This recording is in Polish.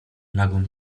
nagłym